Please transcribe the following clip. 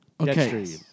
Okay